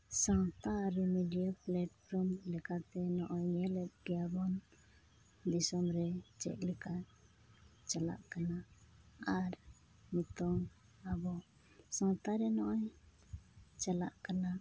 ᱥᱟᱶᱛᱟ ᱟᱹᱨᱤ media platform ᱞᱮᱠᱟᱛᱮ ᱱᱚᱜᱼᱚᱭ ᱧᱮᱞᱮᱫ ᱜᱮᱭᱟᱵᱚᱱ ᱫᱤᱥᱚᱢᱨᱮ ᱪᱮᱫᱞᱮᱠᱟ ᱪᱟᱞᱟᱜ ᱠᱟᱱᱟ ᱟᱨ ᱱᱤᱛᱳᱝ ᱟᱵᱚ ᱥᱟᱶᱛᱟᱨᱮ ᱱᱚᱜᱼᱚᱭ ᱪᱟᱞᱟᱜ ᱠᱟᱱᱟ